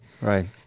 Right